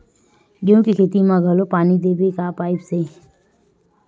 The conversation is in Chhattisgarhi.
गेहूं के खेती म घोला पानी देबो के पाइप से?